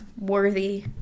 worthy